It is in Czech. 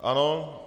Ano.